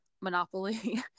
monopoly